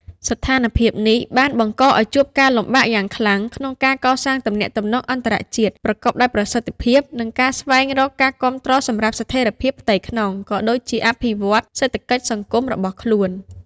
ស្ថានភាពនេះបានបង្កឱ្យជួបការលំបាកយ៉ាងខ្លាំងក្នុងការកសាងទំនាក់ទំនងអន្តរជាតិប្រកបដោយប្រសិទ្ធភាព និងការស្វែងរកការគាំទ្រសម្រាប់ស្ថិរភាពផ្ទៃក្នុង ក៏ដូចជាការអភិវឌ្ឍសេដ្ឋកិច្ចសង្គមរបស់ខ្លួន។